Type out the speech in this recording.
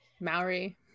Maori